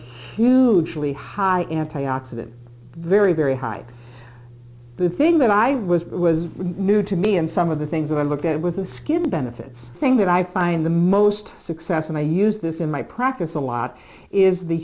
hugely high anti oxidant very very high the thing that i was it was new to me and some of the things that i looked at was a skin benefits thing that i find the most success and i use this in my practice a lot is the